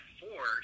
four